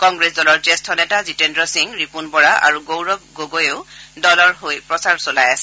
কংগ্ৰেছ দলৰ জ্যেষ্ঠ নেতা জিতেন্দ্ৰ সিং ৰিপুণ বৰা আৰু গৌৰৱ গগৈয়েও দলৰ হকে প্ৰচাৰ চলাই আছে